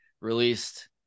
Released